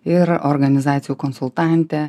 ir organizacijų konsultantė